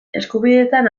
eskubideetan